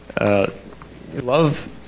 love